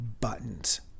buttons